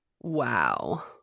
Wow